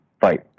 fight